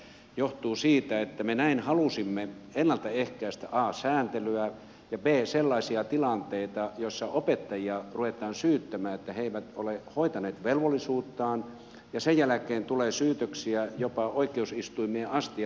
se johtuu siitä että me näin halusimme ennalta ehkäistä a sääntelyä ja b sellaisia tilanteita joissa opettajia ruvetaan syyttämään että he eivät ole hoitaneet velvollisuuttaan ja sen jälkeen tulee syytöksiä jopa oikeusistuimiin asti ja vahingonkorvausvaatimuksia